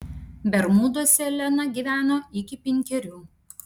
bermuduose lena gyveno iki penkerių